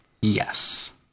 yes